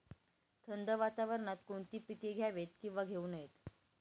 थंड वातावरणात कोणती पिके घ्यावीत? किंवा घेऊ नयेत?